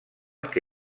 que